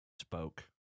spoke